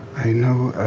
i know